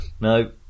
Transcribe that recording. no